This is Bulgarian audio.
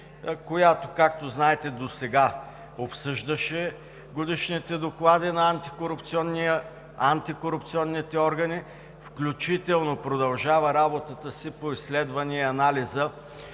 която, както знаете, досега обсъждаше годишните доклади на антикорупционните органи, включително продължава работата си по изследване и анализа